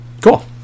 cool